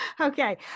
Okay